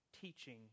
teaching